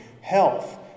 health